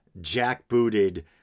jackbooted